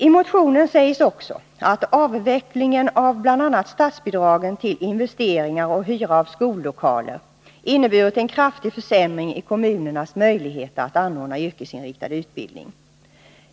I motionen sägs också att avvecklingen av bl.a. statsbidragen till investeringar och hyra av skollokaler inneburit en kraftig försämring i kommunernas möjligheter att anordna yrkesinriktad utbildning.